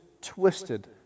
twisted